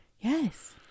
Yes